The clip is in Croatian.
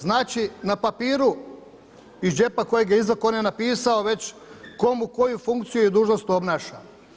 Znači na papiru iz džepa kojeg je izvadio on je napisao već komu koju funkciju i dužnost obnaša.